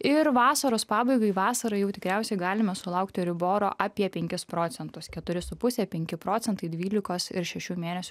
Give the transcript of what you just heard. ir vasaros pabaigai vasarą jau tikriausiai galime sulaukti euriboro apie penkis procentus keturi su puse penki procentai dvylikos ir šešių mėnesių